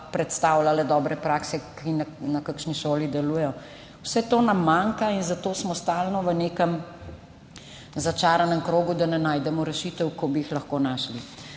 predstavljale dobre prakse, ki na kakšni šoli delujejo, vse to nam manjka in zato smo stalno v nekem začaranem krogu, da ne najdemo rešitev, ko bi jih lahko našli.